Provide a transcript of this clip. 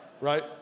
right